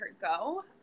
go